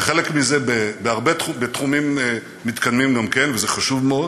וחלק מזה בתחומים מתקדמים גם כן, וזה חשוב מאוד.